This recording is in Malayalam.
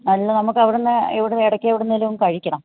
അല്ല നമുക്കവിടുന്ന് എവിടുന്ന് ഇടയ്ക്ക് എവിടുന്നെങ്കിലും കഴിക്കണം